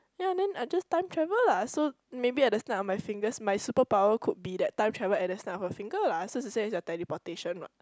ya and then I just time travel lah so maybe at the snap of my fingers my super power could be that time travel at the snap of a finger lah so is the same as your teleportation what